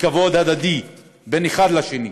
וכבוד הדדי בין אחד לשני,